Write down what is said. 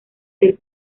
del